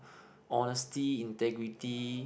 honesty integrity